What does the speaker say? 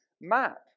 map